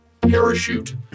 Parachute